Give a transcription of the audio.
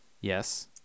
Yes